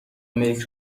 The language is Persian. ملک